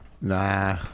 Nah